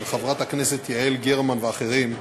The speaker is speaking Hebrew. של חברת הכנסת יעל גרמן ואחרים,